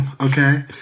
Okay